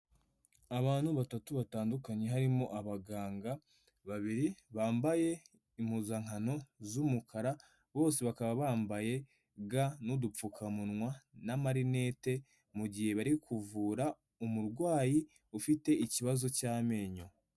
Abantu batatu batandukanye, harimo abaganga babiri bambaye impuzankano z'umukara, bose bakaba bambaye ga n'udupfukamunwa n'amarinete, mu gihe bari kuvura umurwayi ufite ikibazo cy'amenyo.